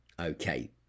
okay